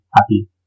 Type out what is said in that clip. happy